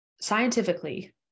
scientifically